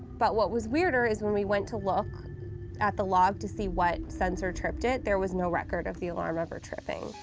but what was weirder is when we went to look at the log to see what sensor tripped it, there was no record of the alarm ever tripping.